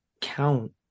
count